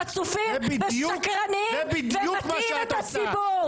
חצופים ושקרנים ומטעים את הציבור.